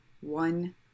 one